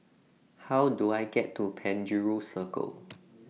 How Do I get to Penjuru Circle